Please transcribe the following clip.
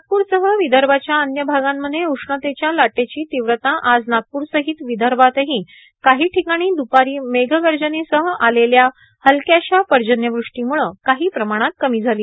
नागपूरसह विदर्भाच्या अन्य भागांमध्ये उष्णतेच्या लाटेची तीव्रता आज नागपूरसहित विदर्भातही काही ठिकाणी द्रपारी मेघगर्जनेसह आलेल्या हलक्याशा पर्जन्यवृष्टीमुळं काही प्रमाणात कमी झाली